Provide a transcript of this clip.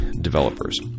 Developers